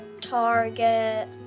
Target